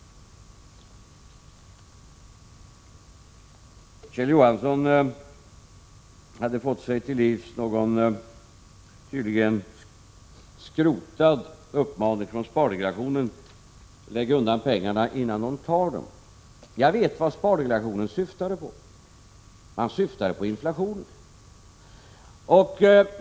Kjell Johansson har tydligen fått en gammal skrotad uppmaning från spardelegationen: Lägg undan pengarna innan staten tar dem. Jag vet vad spardelegationen syftade på: Man syftade på inflationen.